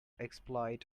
exploit